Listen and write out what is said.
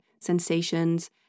sensations